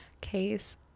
case